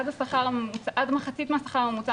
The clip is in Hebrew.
עד מחצית מהשכר הממוצע.